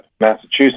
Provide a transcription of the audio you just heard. Massachusetts